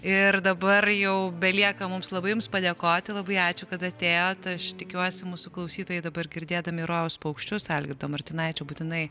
ir dabar jau belieka mums labai jums padėkoti labai ačiū kad atėjot aš tikiuosi mūsų klausytojai dabar girdėdami rojaus paukščius algirdo martinaičio būtinai